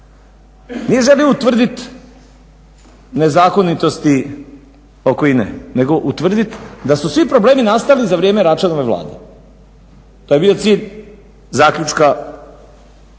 nije želio utvrditi nezakonitosti oko INA-e nego utvrditi da su svi problemi nastali za vrijeme Račanove vlade. To je bio cilj zaključka